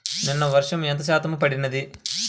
నిన్న వర్షము ఎంత శాతము పడినది?